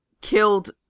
killed